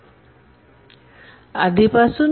एखाद्या टास्क साठी ब्लॉकिंग करण्याची वेळ खालीलप्रमाणे आहे